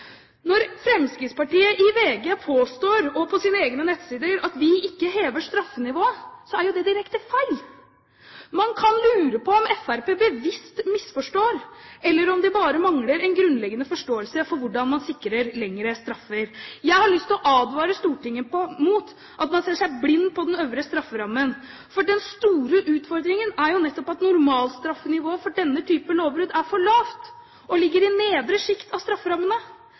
Når Fremskrittspartiet i VG – og på sine egne nettsider – påstår at vi ikke hever straffenivået, er jo det direkte feil. Man kan lure på om Fremskrittspartiet bevisst misforstår, eller om de bare mangler en grunnleggende forståelse for hvordan man sikrer lengre straffer. Jeg har lyst til å advare Stortinget mot at man ser seg blind på den øvre strafferammen. For den store utfordringen er jo nettopp at normalstraffenivået for denne type lovbrudd er for lavt og ligger i nedre sjikt av strafferammene.